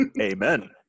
Amen